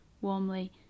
warmly